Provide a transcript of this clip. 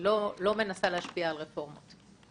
לא מנסה להשפיע על רפורמות.